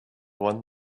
one